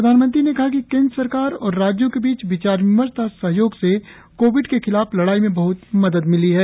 प्रधानमंत्री ने कहा कि केंद्र सरकार और राज्यों के बीच विचार विमर्श तथा सहयोग से कोविड के खिलाफ लड़ाई में बहत मदद मिली है